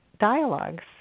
dialogues